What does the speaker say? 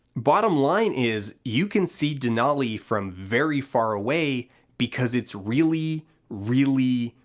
bottom line is you can see denali from very far away because it's really, really,